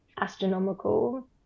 astronomical